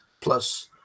Plus